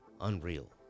Unreal